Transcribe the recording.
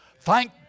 Thank